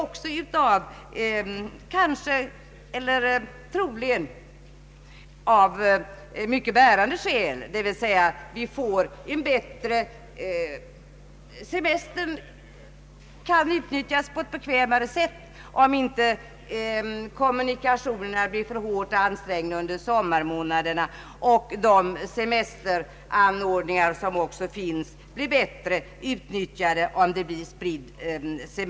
Det finns många bärande skäl för detta: semestern kan utnyttjas på ett bekvämare sätt om inte kommunikationerna blir för hårt ansträngda under sommarmånaderna, och de semesteranordningar som finns blir bättre utnyttjade om semestrarna sprids.